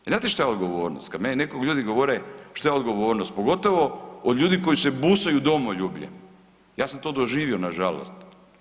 I znate šta je odgovornost, kad meni neki ljudi govore šta je odgovornost pogotovo od ljudi koji se busaju u domoljublje, ja sam to doživio nažalost.